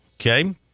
Okay